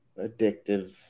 addictive